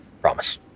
Promise